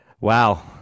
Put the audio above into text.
Wow